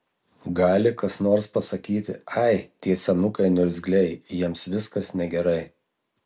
gali kas nors pasakyti ai tie senukai niurzgliai jiems viskas negerai